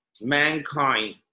mankind